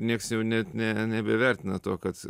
nieks jau net ne nebevertina to kad